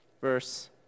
verse